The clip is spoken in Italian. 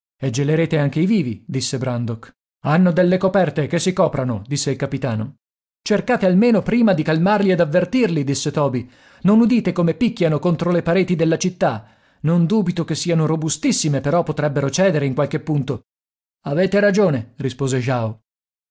gelerete anche i vivi disse brandok hanno delle coperte che si coprano disse il capitano cercate almeno prima di calmarli ed avvertirli disse toby non udite come picchiano contro le pareti della città non dubito che siano robustissime però potrebbero cedere in qualche punto avete ragione rispose jao